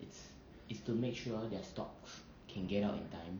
it's it's to make sure their stocks can get out in time